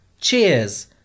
Cheers